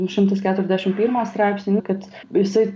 du šimtus keturiasdešimt pirmą straipsnį kad visaip